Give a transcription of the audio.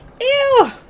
Ew